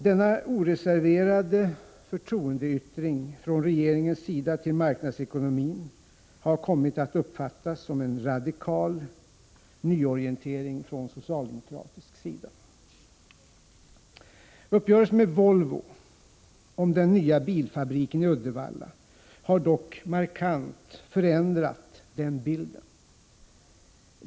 Denna oreserverade förtroendeyttring från regeringens sida för marknadsekonomin har kommit att uppfattas som en radikal nyorientering från socialdemokratisk sida. Uppgörelsen med Volvo om den nya bilfabriken i Uddevalla har dock markant förändrat den bilden.